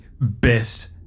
best